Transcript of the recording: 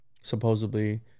supposedly